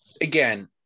Again